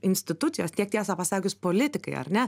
institucijos tiek tiesą pasakius politikai ar ne